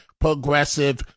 progressive